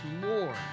more